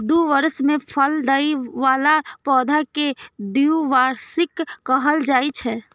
दू बरस मे फल दै बला पौधा कें द्विवार्षिक कहल जाइ छै